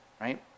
right